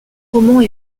romans